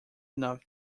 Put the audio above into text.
enough